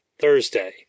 Thursday